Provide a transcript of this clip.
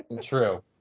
True